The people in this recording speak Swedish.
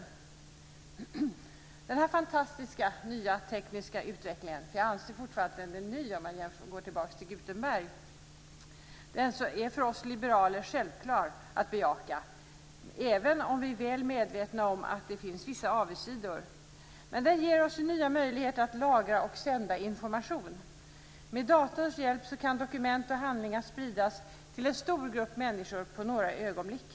Det är för oss liberaler självklart att bejaka den fantastiska nya tekniska utvecklingen - jag anser fortfarande att den är ny, om man går tillbaka till Gutenberg - även om vi är väl medvetna om att det finns vissa avigsidor. Den ger oss nya möjligheter att lagra och sända information. Med datorns hjälp kan dokument och handlingar spridas till en stor grupp människor på några ögonblick.